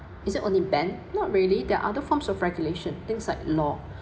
is it only ban not really there're other forms of regulation things like law